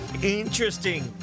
Interesting